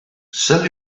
sell